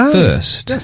first